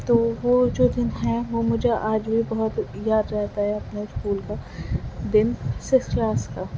تو وہ جو دن ہے وہ مجھے آج بھی بہت یاد آ جاتا ہے اپنے اسکول کا دن صرف کلاس کا